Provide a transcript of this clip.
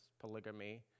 polygamy